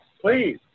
Please